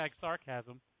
sarcasm